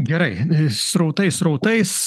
gerai srautai srautais